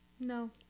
No